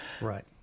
Right